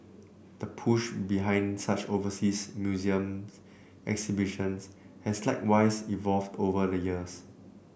the push behind such overseas museums exhibitions has likewise evolved over the years